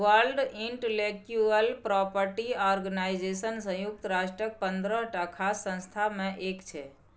world intellectual property organisation संयुक्त राष्ट्रक पंद्रहटा खास संस्था मे एक छै